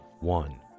one